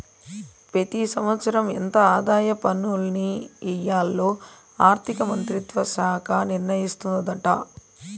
పెతి సంవత్సరం ఎంత ఆదాయ పన్నుల్ని ఎయ్యాల్లో ఆర్థిక మంత్రిత్వ శాఖ నిర్ణయిస్తాదాట